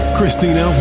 Christina